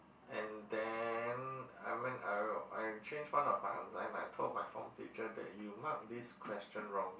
and then I mean will I change one of my answer and I told my former teacher that you mark this question wrongly